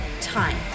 time